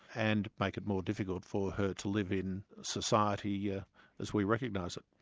and make it more difficult for her to live in society yeah as we recognise it.